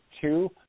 two